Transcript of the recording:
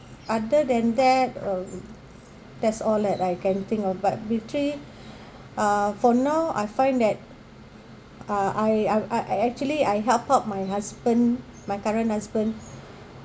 other than that uh that's all that I can think of but uh for now I find that uh I I I actually I help out my husband my current husband